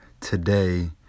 today